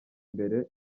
mbere